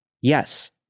Yes